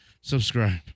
Subscribe